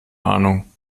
ahnung